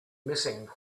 missing